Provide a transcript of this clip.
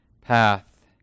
path